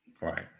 Right